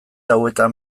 hauetan